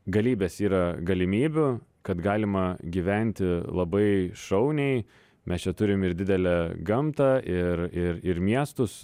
galybės yra galimybių kad galima gyventi labai šauniai mes čia turim ir didelę gamtą ir ir ir miestus